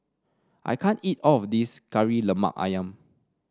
I can't eat all of this Kari Lemak ayam